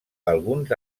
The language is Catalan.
alguns